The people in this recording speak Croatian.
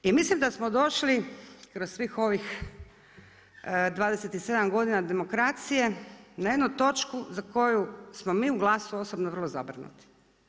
I mislim da smo došli kroz svih ovih 27 godina demokracije na jednu točku za koju smo mi u GLAS-u osobno vrlo zabrinuti.